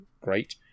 great